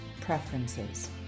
preferences